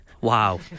Wow